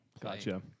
Gotcha